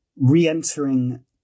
re-entering